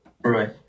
Right